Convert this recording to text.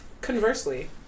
Conversely